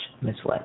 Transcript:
misled